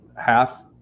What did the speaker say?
half